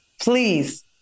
please